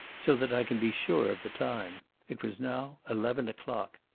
so that i can be sure of the time. it was now eleven o'clock.